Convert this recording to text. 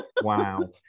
Wow